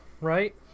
Right